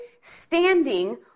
standing